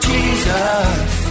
Jesus